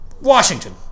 Washington